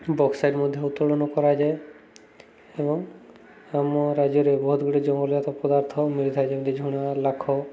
bauxite ମଧ୍ୟ ଉତ୍ତୋଳନ କରାଯାଏ ଏବଂ ଆମ ରାଜ୍ୟରେ ବହୁତ ଗୁଡ଼ିଏ ଜଙ୍ଗଲଜାତ ପଦାର୍ଥ ମିଳିଥାଏ ଯେମିତି ଝୁଣା ଲାଖ